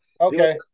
Okay